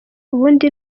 ubundi